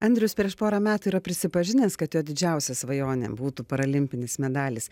andrius prieš porą metų yra prisipažinęs kad jo didžiausia svajonė būtų paralimpinis medalis